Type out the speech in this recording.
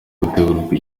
gutegurwa